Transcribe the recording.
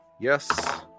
yes